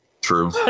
True